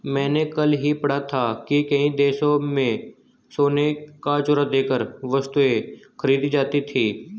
मैंने कल ही पढ़ा था कि कई देशों में सोने का चूरा देकर वस्तुएं खरीदी जाती थी